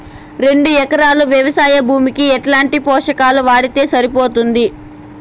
రెండు ఎకరాలు వ్వవసాయ భూమికి ఎట్లాంటి పోషకాలు వాడితే సరిపోతుంది?